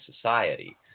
society